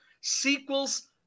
sequels